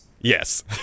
Yes